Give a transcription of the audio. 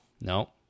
No